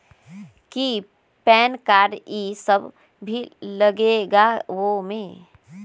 कि pan card इ सब भी लगेगा वो में?